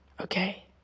okay